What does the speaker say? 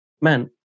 Man